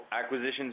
acquisitions